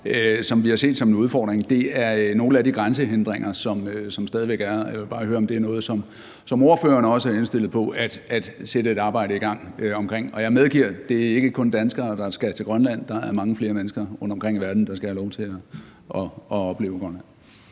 som vi har set som en udfordring, er nogle af de grænsehindringer, der stadig væk er der, og jeg vil bare høre, om det er noget, som ordføreren også er indstillet på at sætte et arbejde i gang om. Jeg medgiver, at det ikke kun er danskere, der skal til Grønland. Der er mange flere mennesker rundtomkring i verden, der skal have lov til at opleve Grønland.